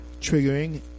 triggering